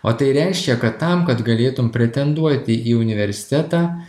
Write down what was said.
o tai reiškia kad tam kad galėtum pretenduoti į universitetą